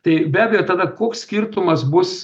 tai be abejo tada koks skirtumas bus